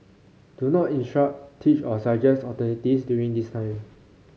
do not instruct teach or suggest alternatives during design